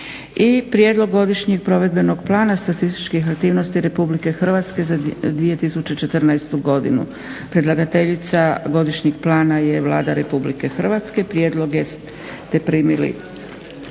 Prijedlog godišnjeg provedbenog plana statističkih aktivnosti RH za 2014.godinu Predlagateljica godišnjeg plana je Vlada RH. Raspravu je proveo o oba prijedloga